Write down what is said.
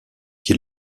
qui